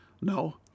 No